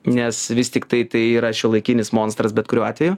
nes vis tiktai tai yra šiuolaikinis monstras bet kuriuo atveju